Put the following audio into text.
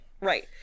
Right